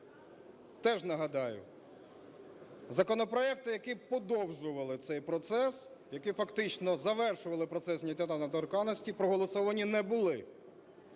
(теж нагадаю) законопроекти, які подовжували цей процес, який фактично завершували процес недоторканності, проголосовані не були,